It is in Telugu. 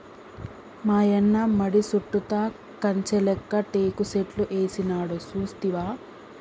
మాయన్న మడి సుట్టుతా కంచె లేక్క టేకు సెట్లు ఏసినాడు సూస్తివా